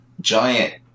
giant